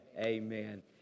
amen